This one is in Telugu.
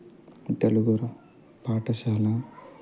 తెలుగు పాఠశాల